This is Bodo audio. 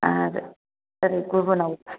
आर ओरै गुबुनआव